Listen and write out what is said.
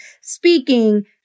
speaking